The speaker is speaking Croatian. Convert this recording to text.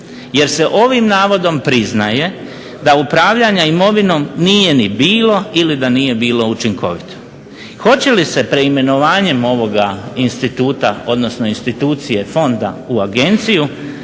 jer se ovim navodom priznaje da upravljanja imovinom nije ni bilo, ili da nije bilo učinkovito. Hoće li se preimenovanjem ovoga instituta, odnosno institucije fonda u agenciju